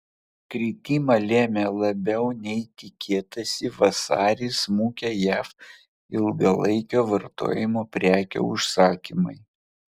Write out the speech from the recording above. kritimą lėmė labiau nei tikėtasi vasarį smukę jav ilgalaikio vartojimo prekių užsakymai